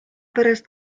pärast